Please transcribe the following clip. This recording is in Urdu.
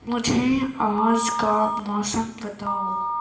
مجھے آج کا موسم بتاؤ